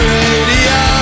radio